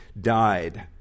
died